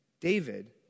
David